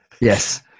yes